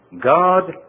God